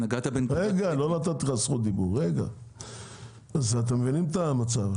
אתם מבינים את המצב.